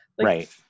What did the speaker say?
right